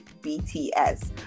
BTS